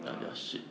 uh